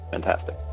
fantastic